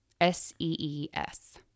S-E-E-S